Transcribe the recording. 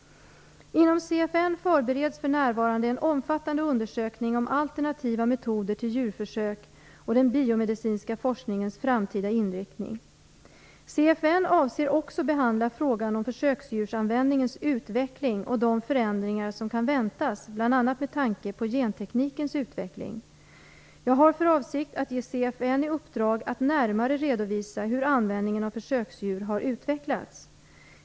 Inom CFN förbereds för närvarande en omfattande undersökning om alternativa metoder till djurförsök och den biomedicinska forskningens framtida inriktning. CFN avser också behandla frågan om försöksdjursanvändningens utveckling och de förändringar som kan väntas bl.a. med tanke på genteknikens utveckling. Jag har för avsikt att ge CFN i uppdrag att närmare redovisa hur användningen av försöksdjur har utvecklats.